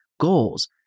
goals